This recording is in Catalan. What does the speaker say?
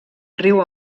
riu